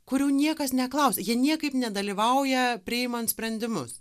kurių niekas neklausia jie niekaip nedalyvauja priimant sprendimus